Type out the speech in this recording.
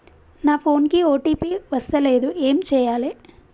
నా ఫోన్ కి ఓ.టీ.పి వస్తలేదు ఏం చేయాలే?